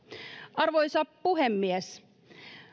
arvoisa puhemies